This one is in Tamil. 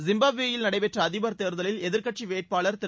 ஜிம்பாப்வேயில் நடைபெற்ற அதிபர் தேர்தலில் எதிர்க்கட்சி வேட்பாளர் திரு